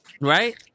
Right